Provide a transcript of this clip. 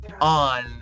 on